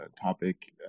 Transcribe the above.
topic